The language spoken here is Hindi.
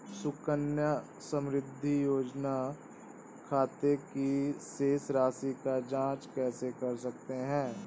सुकन्या समृद्धि योजना के खाते की शेष राशि की जाँच कैसे कर सकते हैं?